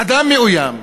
אדם מאוים,